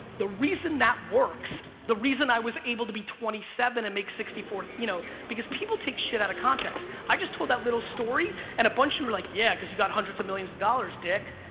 the reason that works the reason i was able to be twenty seven and make sixty four, you know because people take shit out of context. i just told that little story and a bunch you were like, yeah because you got hundreds of millions of dollars dick.